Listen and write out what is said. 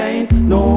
no